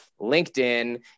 LinkedIn